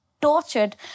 tortured